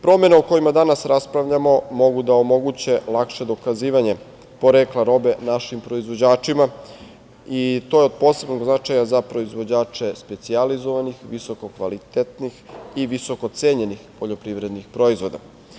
Promene o kojima danas raspravljamo mogu da omoguće lakše dokazivanje porekla robe našim proizvođačima i to je od posebnog značaja za proizvođače specijalizovanih visokokvalitetnih i visokocenjenih poljoprivrednih proizvoda.